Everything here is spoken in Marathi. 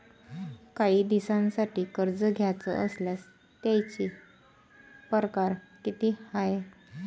कायी दिसांसाठी कर्ज घ्याचं असल्यास त्यायचे परकार किती हाय?